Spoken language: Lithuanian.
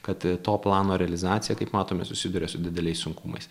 kad to plano realizacija kaip matome susiduria su dideliais sunkumais